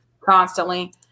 constantly